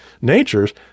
natures